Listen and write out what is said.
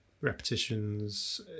Repetitions